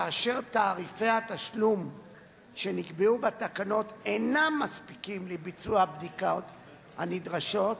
כאשר תעריפי התשלום שנקבעו בתקנות אינם מספיקים לביצוע הבדיקות הנדרשות,